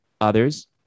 others